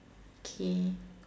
okay